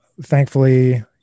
thankfully